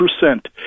percent